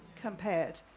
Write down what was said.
compared